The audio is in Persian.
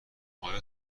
آیا